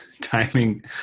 timing